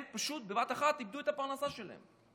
הם פשוט בבת אחת איבדו את הפרנסה שלהם.